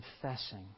confessing